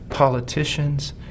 politicians